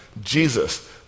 Jesus